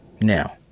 Now